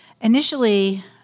Initially